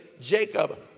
Jacob